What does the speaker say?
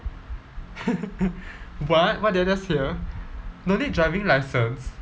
what what did I just hear no need driving license